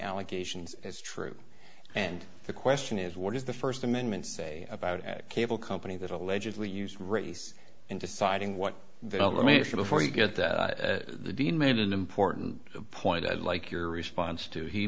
allegations is true and the question is what does the first amendment say about cable companies that allegedly use race in deciding what they don't let me ask you before you get that the dean made an important point i'd like your response to he